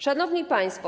Szanowni Państwo!